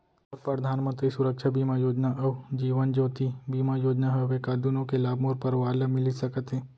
मोर परधानमंतरी सुरक्षा बीमा योजना अऊ जीवन ज्योति बीमा योजना हवे, का दूनो के लाभ मोर परवार ल मिलिस सकत हे?